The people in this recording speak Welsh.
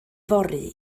fory